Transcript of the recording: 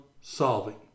solving